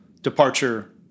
departure